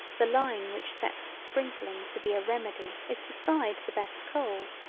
the line which sets sprinkling to be a remedy is beside the best cold.